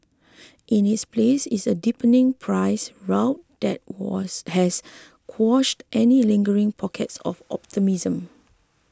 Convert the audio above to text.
in its place is a deepening price rout that was has quashed any lingering pockets of optimism